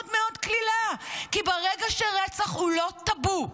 מאוד מאוד קלילה, כי ברגע שרצח הוא לא טאבו,